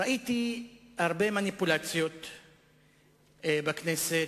ראיתי הרבה מניפולציות בכנסת,